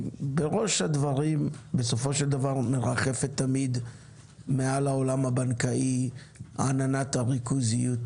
בראש הדברים בסופו של דבר מרחפת תמיד מעל העולם הבנקאי עננת הריכוזיות